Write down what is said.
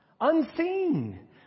Unseen